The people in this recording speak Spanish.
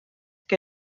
que